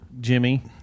Jimmy